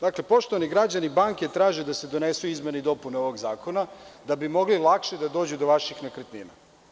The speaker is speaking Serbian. Dakle, poštovani građani, banke traže da se donesu izmene i dopune ovog Zakona da bi mogli lakše da dođu do vaših nekretnina.